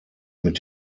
mit